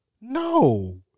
No